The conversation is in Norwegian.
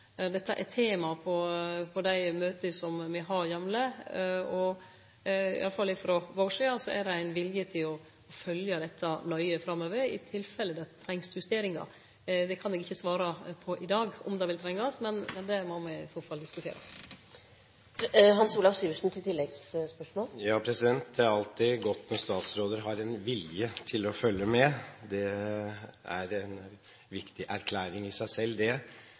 Dette er tema på dei møta me har jamleg, og iallfall frå vår side er det ein vilje til å følgje dette nøye framover, i tilfelle det trengst justeringar. Det kan eg ikkje svare på i dag, om det vil trengast, men det må me i så fall diskutere. Det er alltid godt når statsråder har en vilje til å følge med, det er en viktig erklæring i